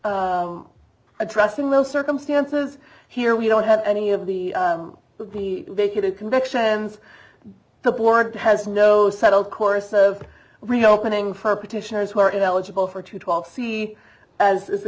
saw addressing those circumstances here we don't have any of the would be vacated convictions the board has no settled course of reopening for petitioners who are eligible for two twelve c as is